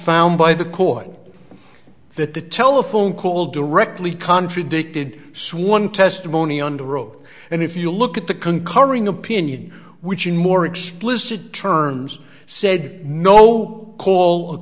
found by the court that the telephone call directly contradicted sworn testimony under oath and if you look at the concurring opinion which in more explicit terms said no call